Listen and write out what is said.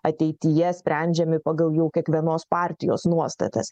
ateityje sprendžiami pagal jau kiekvienos partijos nuostatas